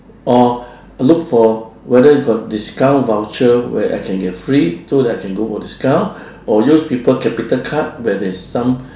or look for whether got discount voucher where I can get free so that I can go for discount or use people capital card where there's some